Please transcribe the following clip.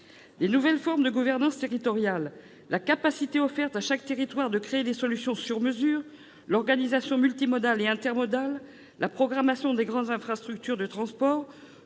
Les nouvelles formes de gouvernance territoriale, la capacité offerte à chaque territoire de créer des solutions sur-mesure, l'organisation multimodale et intermodale, la programmation des grandes infrastructures de transport